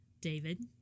David